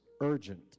urgent